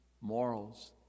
morals